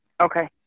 Okay